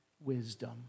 wisdom